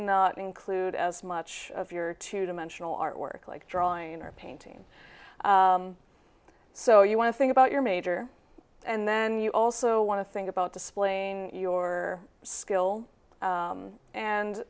not include as much of your two dimensional art work like drawing or painting so you want to think about your major and then you also want to think about displaying your skill